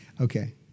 Okay